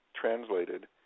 translated